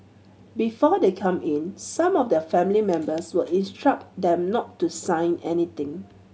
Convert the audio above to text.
before they come in some of their family members will instruct them not to sign anything